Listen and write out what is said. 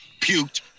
Puked